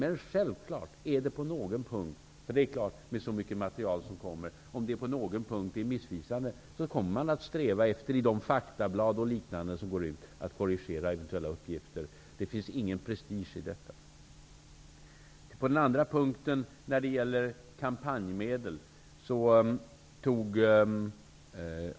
Men med tanke på att det är fråga om mycket material kommer man självfallet, om informationen på något sätt skulle vara missvisande, i faktablad o.d. som går ut att korrigera uppgifter, om så skulle behövas. Det finns ingen prestige i detta.